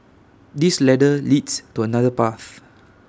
this ladder leads to another path